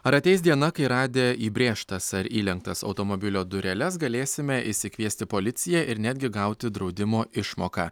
ar ateis diena kai radę įbrėžtas ar įlenktas automobilio dureles galėsime išsikviesti policiją ir netgi gauti draudimo išmoką